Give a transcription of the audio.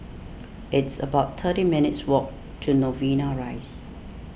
it's about thirty minutes' walk to Novena Rise